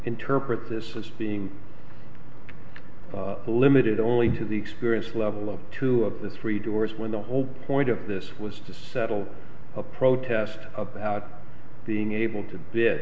interpret this was being limited only to the experience level of two of the three doors when the whole point of this was to settle a protest about being able to